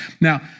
Now